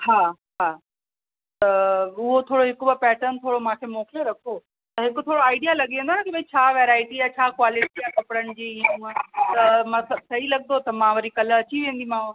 हा हा त हू थोरो हिकु ॿ पैटन थोरो मूंखे मोकिले रखो त हे बि थोरो आऐडिया लॻी वेंदो न कि भई छा वैराइटी आहे छा क्वालिटी आहे कपिड़नि जी हूअ त मां सही लॻंदो त मां वरी कल्ह अची वेंदीमांव